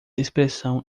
expressão